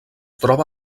troba